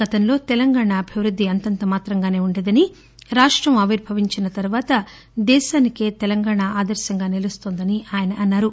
గతంలో తెలంగాణ అభివృద్ది అంతంత మాత్రంగానే ఉండేదని రాష్టం ఆవిర్భవించిన తర్వాత దేశానికే తెలంగాణ ఆదర్శంగా నిలుస్తోందని ఆయన అన్సారు